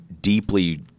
deeply